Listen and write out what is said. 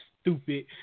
stupid